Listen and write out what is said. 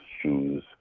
shoes